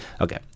Okay